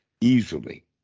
easily